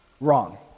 Wrong